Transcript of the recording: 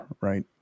right